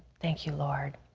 thank you, lord.